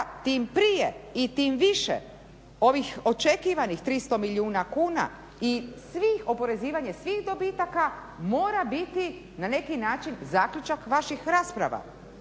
tim prije i tim više ovih očekivanih 300 milijuna kuna i oporezivanje svih dobitaka mora biti na neki način zaključak vaših rasprava